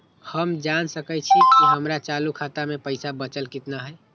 हम जान सकई छी कि हमर चालू खाता में पइसा बचल कितना हई